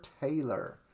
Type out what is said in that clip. Taylor